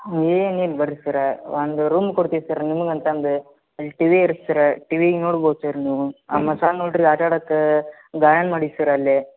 ಏನಿಲ್ಲ ಬನ್ರಿ ಸರ ಒಂದು ರೂಮ್ ಕೊಡ್ತೀವಿ ಸರ್ ನಿಮ್ಗೆ ಅಂತಂದು ಅಲ್ಲಿ ಟಿ ವಿ ಇರತ್ತೆ ಸರ ಟಿ ವಿನ ನೋಡ್ಬೌದು ಸರ್ ನೀವು ಆಮೇಲೆ ಸಣ್ಣ ಹುಡ್ರಿಗ್ ಆಟಡಕ್ಕೆ ಗಾಯನ್ ಮಾಡಿ ಸರ್ ಅಲ್ಲೇ